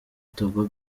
togo